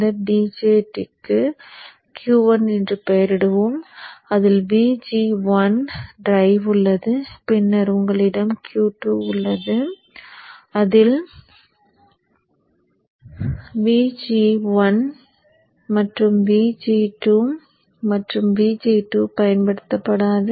இந்த BJTக்கு Q1 என்று பெயரிடுவோம் அதில் Vg1 டிரைவ் உள்ளது பின்னர் உங்களிடம் Q2 உள்ளது அதில் Vg2 மற்றும் Vg1 மற்றும் Vg2 பயன்படுத்தப்படாது